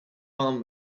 farm